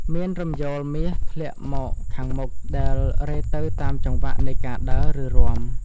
មានរំយោលមាសធ្លាក់មកខាងមុខ ដែលរេទៅតាមចង្វាក់នៃការដើរ ឬរាំ។